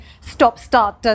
stop-start